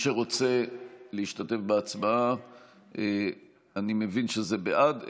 ההצעה להעביר את הצעת חוק לתיקון פקודת בתי הסוהר (מס' 55 והוראת שעה),